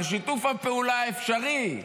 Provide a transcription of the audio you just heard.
על שיתוף הפעולה האפשרי,